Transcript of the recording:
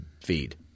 feed